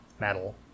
metal